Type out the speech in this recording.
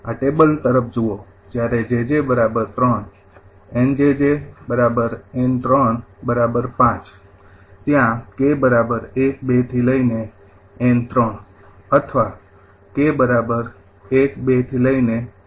આ ટેબલ તરફ જુઓ જ્યારે 𝑗𝑗3 𝑁𝑗𝑗𝑁૫ 𝑘૧૨𝑁 અથવા 𝑘 ૧૨૫